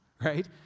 right